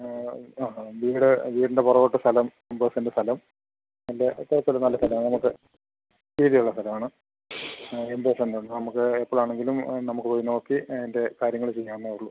ഞങ്ങൾ ആ ആ വീട് വീടിൻ്റെ പുറകോട്ട് സ്ഥലം എൺപത് സെൻറ്റ് സ്ഥലം നല്ല അത്യാവശ്യം ഉള്ള നല്ല സ്ഥലമാണ് നമുക്ക് വീതി ഉള്ള സ്ഥലമാണ് എൺപത് സെന്റ് ഉണ്ട് നമുക്ക് എപ്പോളാണെങ്കിലും നമുക്ക് പോയി നോക്കി അതിൻ്റെ കാര്യങ്ങൾ ചെയ്യാവുന്നതെ ഉള്ളൂ